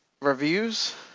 reviews